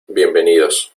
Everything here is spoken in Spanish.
bienvenidos